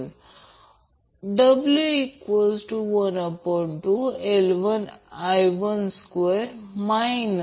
हे ZC 2 RC 2 XC 2 आहे म्हणून ZC 4 RC 2 XC 22 हे असेल